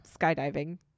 skydiving